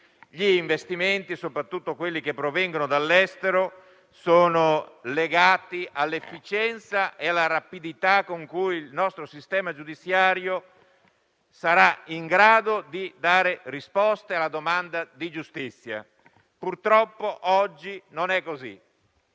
gli investimenti, soprattutto quelli che provengono dall'estero, sono legati all'efficienza e alla rapidità con cui il nostro sistema giudiziario sarà in grado di dare risposte alla domanda di giustizia. Purtroppo, oggi, non è così,